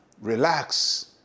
relax